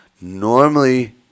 normally